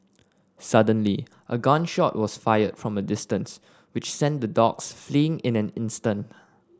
suddenly a gun shot was fired from a distance which sent the dogs fleeing in an instant